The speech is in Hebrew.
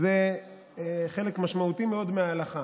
זה חלק משמעותי מאוד מההלכה.